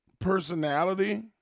personality